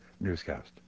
newscast